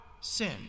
sin